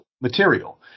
material